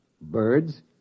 Birds